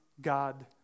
God